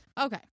Okay